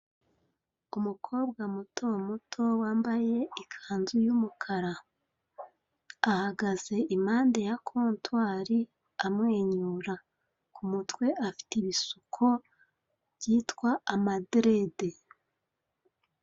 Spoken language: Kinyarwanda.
Umukobwa mutomuto wambaye ikanzu y'umukara ahagaze impande ya kontwari amwenyura ku mutwe afite ibisuko byitwa amadirede.